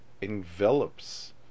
envelops